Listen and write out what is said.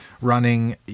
running